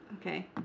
Okay